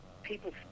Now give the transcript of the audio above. People